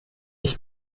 ich